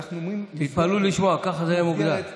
תתפלאו לשמוע, ככה זה היה מוגדר.